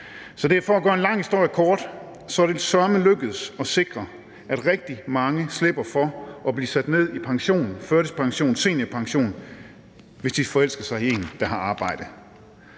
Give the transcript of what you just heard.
den her sag. For at gøre en lang historie kort er det søreme lykkedes at sikre, at rigtig mange slipper for at blive sat ned i pension, førtidspension eller seniorpension, hvis de forelsker sig i en, der har arbejde.